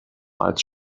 als